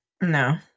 No